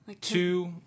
two